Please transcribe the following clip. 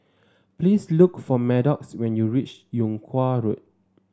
please look for Maddox when you reach Yung Kuang Road